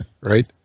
Right